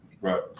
Right